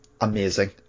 Amazing